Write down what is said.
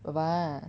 爸爸 lah